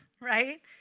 Right